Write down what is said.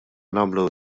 nagħmlu